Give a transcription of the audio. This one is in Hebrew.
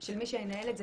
של מי שינהל את זה,